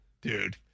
Dude